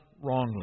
wrongly